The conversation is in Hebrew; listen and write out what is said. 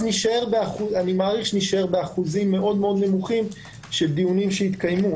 אני מעריך שנישאר באחוזים מאוד נמוכים של דיונים שיתקיימו.